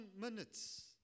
minutes